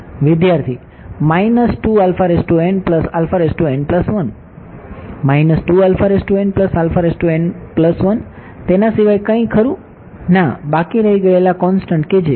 વિદ્યાર્થી તેના સિવાય કઈ ખરું ના બાકી રહી ગયેલા કોંસ્ટંટ કે જે